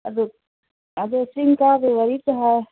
ꯑꯗꯨ ꯑꯗꯨ ꯆꯤꯡ ꯀꯥꯕꯩ ꯋꯥꯔꯤ ꯁꯥ